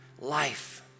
life